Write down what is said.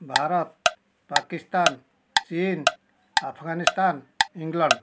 Bharat Pakistan Chin Afghanistan England